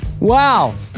Wow